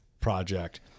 project